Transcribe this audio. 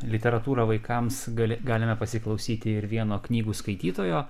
literatūrą vaikams gali galime pasiklausyti ir vieno knygų skaitytojo